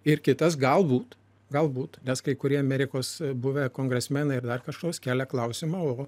ir kitas galbūt galbūt nes kai kurie amerikos buvę kongresmenai ir dar kažkas kelia klausimą o